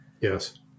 Yes